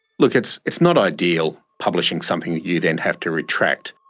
look it's it's not ideal publishing something you then have to retract.